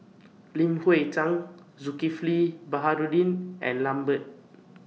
Li Hui Cheng Zulkifli Baharudin and Lambert